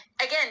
again